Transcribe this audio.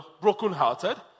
brokenhearted